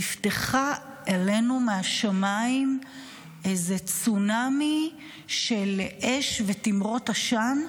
נפתח עלינו מהשמיים איזה צונאמי של אש ותימרות עשן,